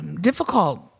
difficult